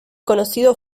conocido